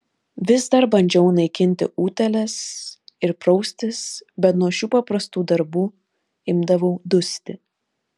vis dar bandžiau naikinti utėles ir praustis bet nuo šių paprastų darbų imdavau dusti